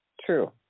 true